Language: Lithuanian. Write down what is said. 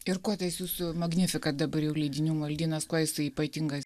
ir kuo jūsų magnificat dabar jau leidinių maldynas kuo jisai ypatingas